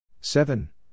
seven